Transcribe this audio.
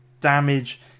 damage